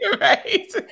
Right